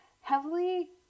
heavily